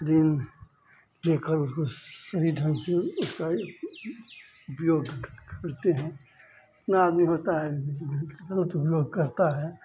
ऋण लेकर उसको सही ढंग से उसका उपयोग करते हैं कितना आदमी होता है लोग करता है